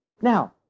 Now